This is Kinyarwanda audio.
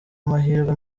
amahirwe